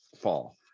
fall